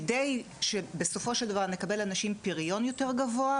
כדי שבסופו של דבר נקבל אנשים עם פריון יותר גבוה,